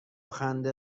خنده